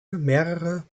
mehrere